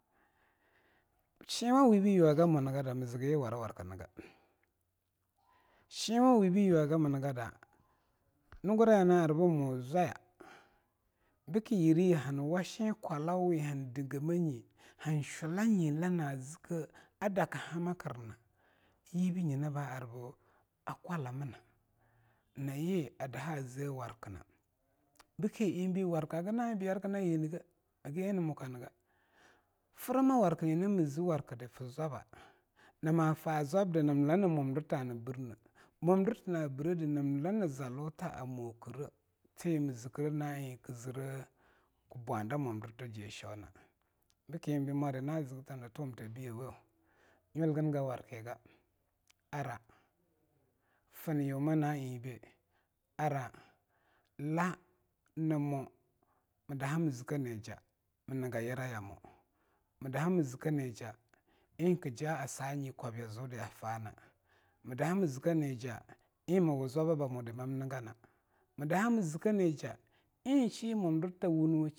Shenwawibe ayugamun ga da mzga yi a warawarkga, shenwawibe a yuwagamun gada nunguraya hana'ar bmo zwaya bke yireyi hanwa shenkwalo we han dinge manyi han shulane lana zke a dakha makrna yibe nyina ba ar ba akwalamna, nyina yi adaha ze warkna bke eingbei warka hagna'a eing byargna yi nge, hag eing nmuka nga. Frama warka nyina mzwakda ezwabba, nama fa zwabda namla ne mwa mdirta han birne, mwamdir ta na brede namla na zaluta a mokre te mzkre na'a eighbei kbwada mwamdirta jiyeshona. Nyina bke b'eingbei mwari na zktantuwam ta biyawo nyulgn gwarki ga. Ara fnyuma na'a eingbei, ara la namo mdaha mzke na ja'a mnga yira yamo, mdaha mzke nija eing kja asanye kwabya ziude afana mdaha mzke nija eing mwuzwabbamode managana mdaha mzke nija eing mwamdirta a wunwe.